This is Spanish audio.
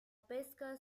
pesca